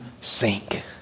sink